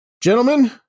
Gentlemen